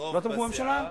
רוב בסיעה,